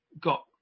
got